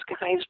guys